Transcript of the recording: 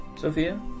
Sophia